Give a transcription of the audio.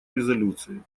резолюции